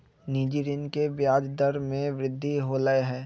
निजी ऋण के ब्याज दर में वृद्धि होलय है